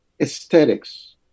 aesthetics